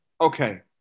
okay